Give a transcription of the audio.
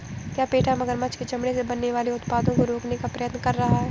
क्या पेटा मगरमच्छ के चमड़े से बनने वाले उत्पादों को रोकने का प्रयत्न कर रहा है?